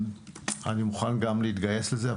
אני מוכן גם להתגייס לזה.